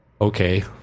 okay